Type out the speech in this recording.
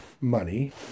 money